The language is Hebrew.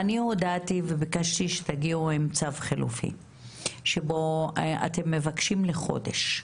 אני הודעתי וביקשתי שתגיעו עם צו חלופי שבו אתם מבקשים לחודש,